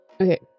Okay